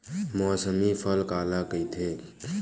मौसमी फसल काला कइथे?